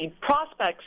prospects